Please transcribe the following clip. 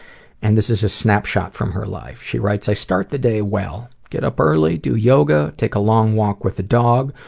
and this is a snapshot from her life. she writes, i start the day well. get up early, do yoga, take a long walk with the dog,